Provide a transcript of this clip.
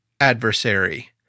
adversary